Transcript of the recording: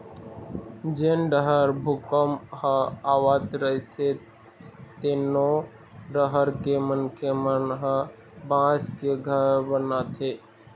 जेन डहर भूपंक ह आवत रहिथे तेनो डहर के मनखे मन ह बांस के घर बनाथे